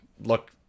look